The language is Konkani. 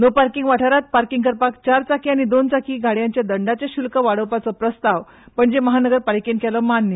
नो पार्कींग वाठारांत पार्कींग करपाक चार चाकी आनी दोन चाकी गाडयांचे दंडाचे शुल्क वाडोवपाचो प्रस्ताव पणजी म्हानगरपालिकेन केलो मान्य